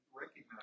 recognize